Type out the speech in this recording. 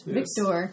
Victor